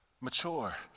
Mature